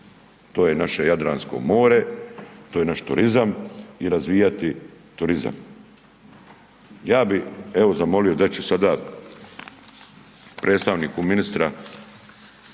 To je naše Jadransko more, to je naš turizam i razvijati turizam. Ja bi evo zamolio, dat ću sada predstavniku ministra,